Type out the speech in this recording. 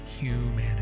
humanity